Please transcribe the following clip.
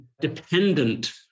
dependent